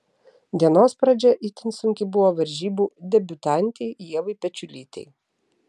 dienos pradžia itin sunki buvo varžybų debiutantei ievai pečiulytei